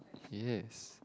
relax